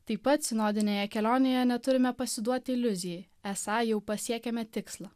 taip pat sinodinėje kelionėje neturime pasiduoti iliuzijai esą jau pasiekėme tikslą